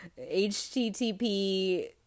HTTP